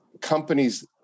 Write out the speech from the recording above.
companies